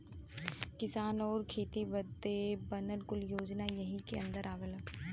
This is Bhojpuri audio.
किसान आउर खेती बदे बनल कुल योजना यही के अन्दर आवला